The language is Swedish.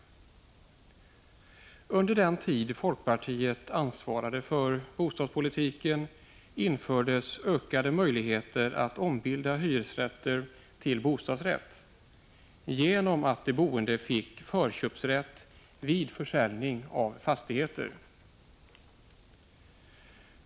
Under den tid folkpartiet ansvarade för bostadspolitiken ökade möjligheterna att ombilda hyresrätter till bostadsrätt, genom att de boende fick förköpsrätt vid försäljning av fastigheter.